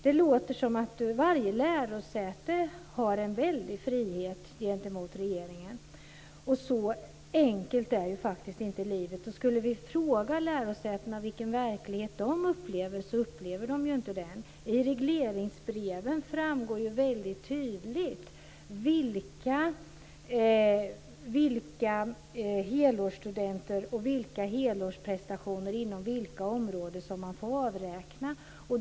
Det låter som att varje lärosäte har en väldig frihet gentemot regeringen. Så enkelt är ju faktiskt inte livet. Om vi skulle fråga lärosätena vilken verklighet de upplever så säger de ju att de inte upplever den här. I regleringsbreven framgår ju väldigt tydligt vilka helårsstudenter och vilka helårsprestationer inom vilka områden som man får avräkna.